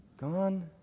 gone